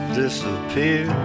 disappear